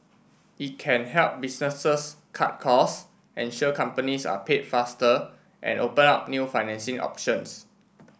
it can help businesses cut cost ensure companies are paid faster and open up new financing options